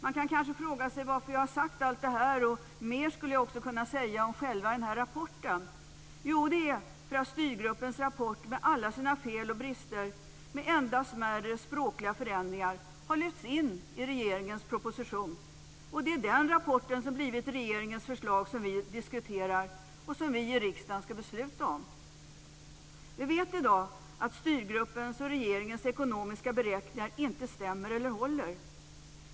Man kan kanske fråga sig varför jag sagt allt detta - och jag skulle kunna säga mer om själva rapporten. Jo, det är för att styrgruppens rapport med alla sin fel och brister och med endast smärre språkliga förändringar har lyfts in i regeringens proposition. Och det är den rapporten som blivit regeringens förslag och som vi behandlar och som vi i riksdagen ska besluta om. Vi vet i dag att styrgruppens och regeringens ekonomiska beräkningar inte stämmer eller håller.